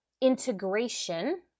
integration